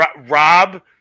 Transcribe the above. Rob